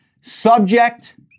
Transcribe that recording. subject